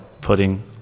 putting